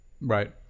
Right